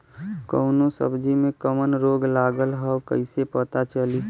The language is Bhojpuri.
कौनो सब्ज़ी में कवन रोग लागल ह कईसे पता चली?